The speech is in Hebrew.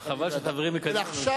עכשיו,